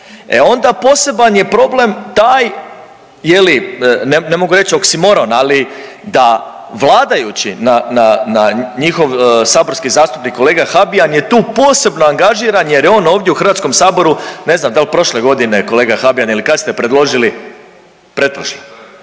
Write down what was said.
onda poseban je problem taj je li ne mogu reći oksimoron, ali da vladajući na, na, njihov saborski zastupnik kolega Habijan je tu posebno angažiran jer je on ovdje u Hrvatskom saboru ne znam dal prošle godine kolega Habijan ili kad ste predložili, pretprošle,